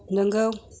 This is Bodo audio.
नंगौ